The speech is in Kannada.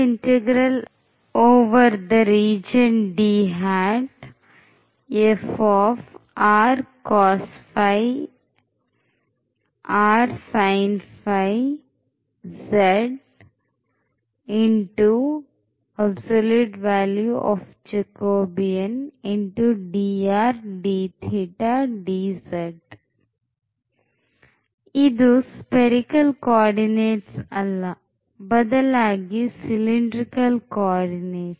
ಇದು spherical coordinates ಅಲ್ಲ ಬದಲಾಗಿ cylindrical coordinates